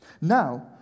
Now